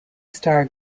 star